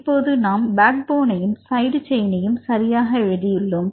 இப்போது நாம் பேக் போனையும் சைடு செயினையும் சரியாக எழுதியுள்ளோம்